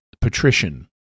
patrician